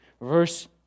Verse